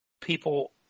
people